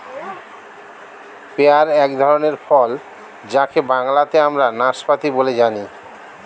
pair এক ধরনের ফল যাকে বাংলাতে আমরা নাসপাতি বলে জানি